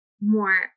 more